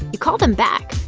you call them back.